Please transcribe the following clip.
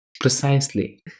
Precisely